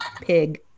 pig